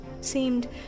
seemed